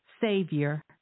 savior